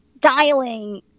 dialing